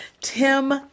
Tim